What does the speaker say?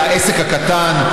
העסק הקטן.